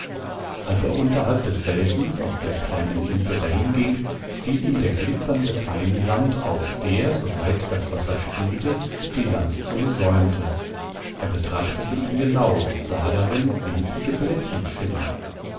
als er unterhalb des felsens auf der kleinen insel dahinging fiel ihm der glitzernde feine sand auf der soweit das wasser spülte die landzunge säumte er betrachtete ihn genau und sah darin winzige blättchen schimmern